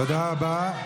תודה רבה.